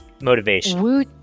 motivation